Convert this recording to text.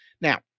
Now